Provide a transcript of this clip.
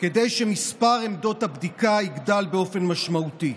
כדי שמספר עמדות הבדיקה יגדל באופן משמעותי.